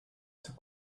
zur